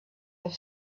have